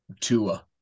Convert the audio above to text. Tua